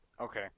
Okay